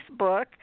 facebook